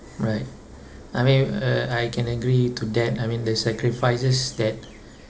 right I mean uh I can agree to that I mean the sacrifices that